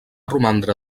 romandre